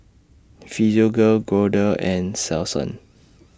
Physiogel Kordel's and Selsun